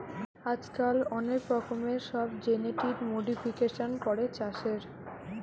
আজকাল অনেক রকমের সব জেনেটিক মোডিফিকেশান করে চাষের